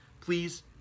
please